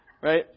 right